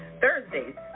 Thursdays